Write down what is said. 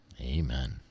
Amen